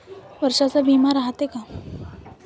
वर्षाचा बिमा रायते का?